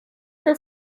her